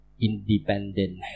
independent